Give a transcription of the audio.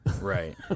Right